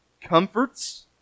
comforts